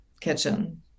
kitchen